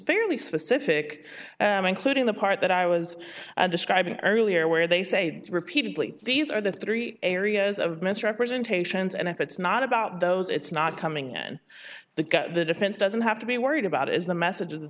fairly specific including the part that i was describing earlier where they say repeatedly these are the three areas of misrepresentations and if it's not about those it's not coming in the guy the defense doesn't have to be worried about is the message